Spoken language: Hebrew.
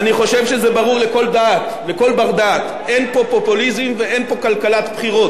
זו לא כלכלת בחירות.